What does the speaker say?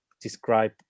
describe